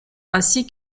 ainsi